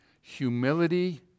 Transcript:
humility